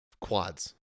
quads